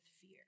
fear